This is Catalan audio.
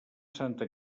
santa